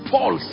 Paul